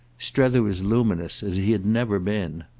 strether was luminous as he had never been.